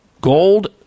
gold